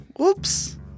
Oops